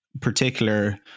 particular